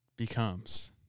becomes